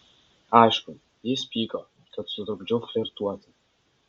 aišku jis pyko kad sutrukdžiau flirtuoti